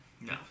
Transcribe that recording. No